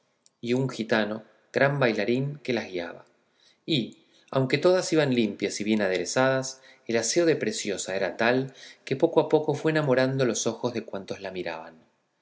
y un gitano gran bailarín que las guiaba y aunque todas iban limpias y bien aderezadas el aseo de preciosa era tal que poco a poco fue enamorando los ojos de cuantos la miraban